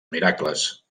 miracles